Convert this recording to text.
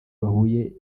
bahuye